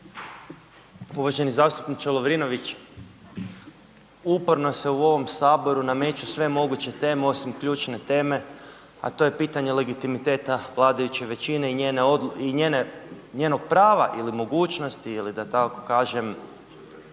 Uvaženi zastupniče Lovrinović, uporno se u ovom Saboru nameću sve moguće teme osim ključne teme a to je pitanje legitimiteta vladajuće većine i njenog prava ili mogućnosti ili da tako kažem